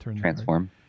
transform